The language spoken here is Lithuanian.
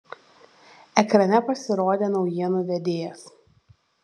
ekrane pasirodė naujienų vedėjas